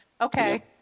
Okay